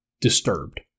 disturbed